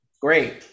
Great